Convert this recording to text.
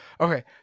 Okay